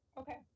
Okay